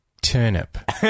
turnip